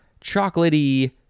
chocolatey